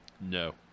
No